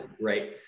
right